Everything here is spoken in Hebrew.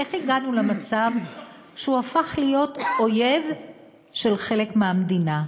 איך הגענו למצב שהוא הפך להיות אויב של חלק מהמדינה?